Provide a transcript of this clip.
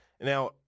Now